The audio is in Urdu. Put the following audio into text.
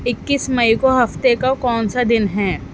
اکیس مئی کو ہفتے کا کون سا دن ہیں